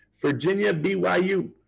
Virginia-BYU